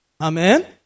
Amen